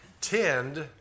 tend